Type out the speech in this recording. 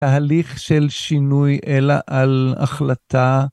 תהליך של שינוי אלא על החלטה.